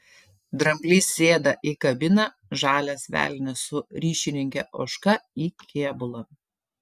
dramblys sėda į kabiną žalias velnias su ryšininke ožka į kėbulą